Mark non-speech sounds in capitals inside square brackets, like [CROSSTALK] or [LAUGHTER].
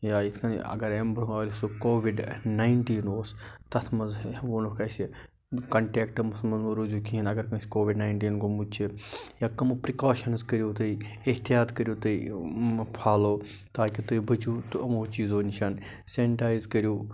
یا یِتھ کٲنۍ اگر امہِ برٛۄنٛہہ [UNINTELLIGIBLE] سُہ کوٚوِڑ ناینٹیٖن اوس تَتھ منٛز ووٚنُکھ اسہِ کنٹیکٹس منٛز مہٕ روٗزِو کِہیٖنۍ اگر کٲنٛسہِ کوٚوِڑ ناینٹیٖن گوٚمُت چھِ یا کٕمہٕ پرِکاشنٕز کٔرِو تُہۍ احتیاط کٔرِو تُہۍ فالو تاکہِ تہۍ بٔچو یِمو چیزو نِش سٮ۪نِٹایز کٔرِو